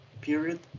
period